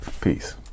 Peace